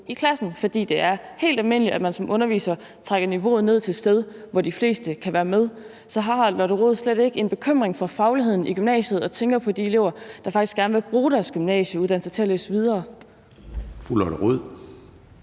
i klassen. For det er helt almindeligt, at man som underviser trækker niveauet ned til et sted, hvor de fleste kan være med. Så har Lotte Rod slet ikke en bekymring for fagligheden i gymnasiet og en tanke på de elever, der faktisk gerne vil bruge deres gymnasieuddannelse til at læse videre? Kl.